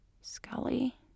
Scully